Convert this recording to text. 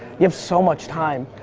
you have so much time.